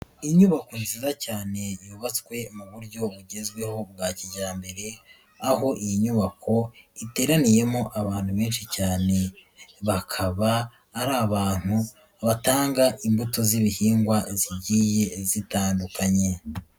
Inyubako nziza cyane yubatswe mu buryo bugezweho bwa kijyambere, aho iyi nyubako iteraniyemo abantu benshi cyane, bakaba ari abantu batanga imbuto z'ibihingwa ngiye zitandukanye.